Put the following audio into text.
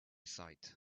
sight